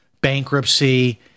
bankruptcy